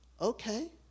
okay